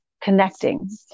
connecting